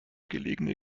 gelegene